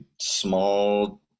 small